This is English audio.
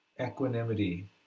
equanimity